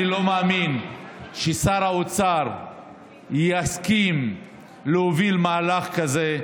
אני לא מאמין ששר האוצר יסכים להוביל מהלך כזה.